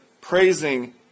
praising